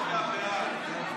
מצביע בעד.